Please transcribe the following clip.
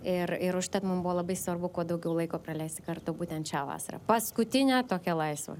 ir ir užtat mum buvo labai svarbu kuo daugiau laiko praleisti kartu būtent šią vasarą paskutinę tokią laisvą